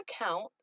account